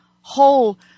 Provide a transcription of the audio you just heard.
whole